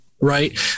Right